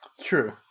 True